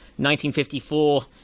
1954